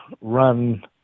run